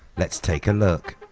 let's take a look?